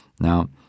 Now